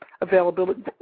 availability